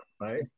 right